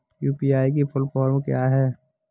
UPI की full form क्या है?